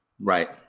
right